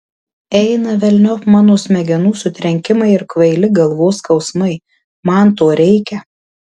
eina velniop mano smegenų sutrenkimai ir kvaili galvos skausmai man to reikia